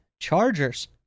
Chargers